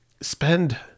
spend